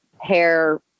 hair